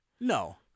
No